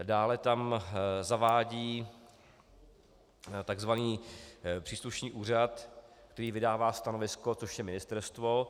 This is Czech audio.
Dále tam zavádí tzv. příslušný úřad, který vydává stanovisko, což je ministerstvo.